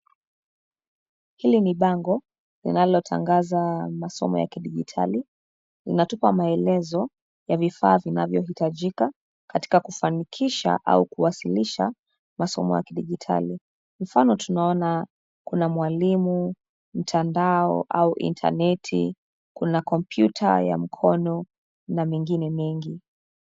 Hili ni bango linalotangaza masomo vya kidijitali. Linatupa maelezo ya vifaa vinavyohitajika katika kufanikisha au kuwasilisha masomo ya kidijitali. Mfano tunaona kuna mwalimu, mtandao au intaneti, kuna kompyuta ya mkono na mengine mengi.